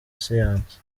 siyansi